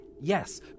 Yes